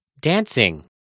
Dancing